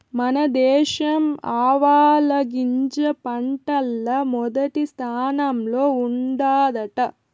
మన దేశం ఆవాలగింజ పంటల్ల మొదటి స్థానంలో ఉండాదట